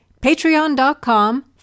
Patreon.com